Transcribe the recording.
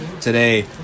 today